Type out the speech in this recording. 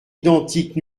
identiques